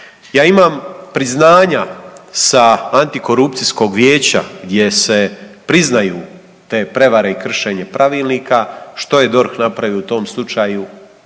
ja imam priznanja sa Antikorupcijskog vijeća gdje se priznaju te prevare i kršenje pravilnika. Što je DORH napravio u tom slučaju?